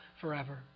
forever